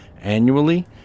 Annually